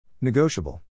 Negotiable